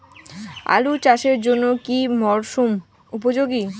আলু চাষের জন্য কি মরসুম উপযোগী?